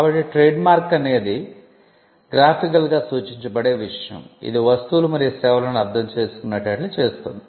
కాబట్టి ట్రేడ్మార్క్ అనేది గ్రాఫికల్గా సూచించబడే విషయం ఇది వస్తువులు మరియు సేవలను అర్ధం చేసుకునేటట్లు చేస్తుంది